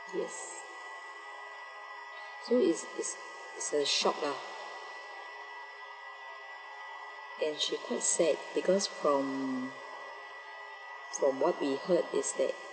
yes so it's it's it's a shock lah and she quite sad because from from what we heard is that